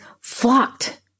flocked